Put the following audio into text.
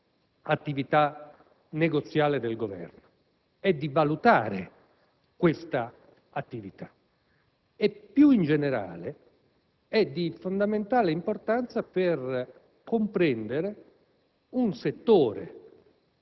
sull'attività negoziale del Governo e di valutare questa attività e, più in generale, è di fondamentale importanza per comprendere un settore